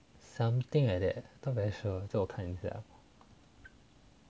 something like that not very sure 借我看一下